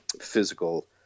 physical